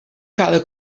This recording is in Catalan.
cada